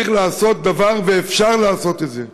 צריך לעשות דבר, ואפשר לעשות את זה.